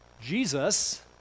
Jesus